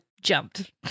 jumped